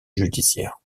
judiciaires